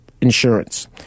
insurance